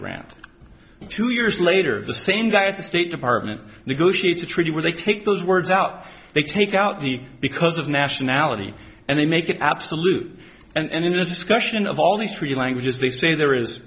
grant two years later the same guy at the state department negotiates a treaty where they take those words out they take out the because of nationality and they make it absolute and in a discussion of all these three languages they say there is